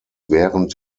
während